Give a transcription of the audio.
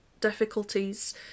difficulties